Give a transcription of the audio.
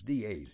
DAs